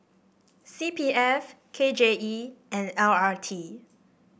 C P F K J E and L R T